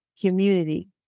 community